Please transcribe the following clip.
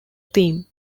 theme